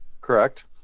correct